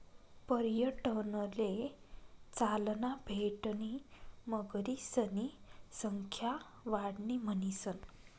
पर्यटनले चालना भेटणी मगरीसनी संख्या वाढणी म्हणीसन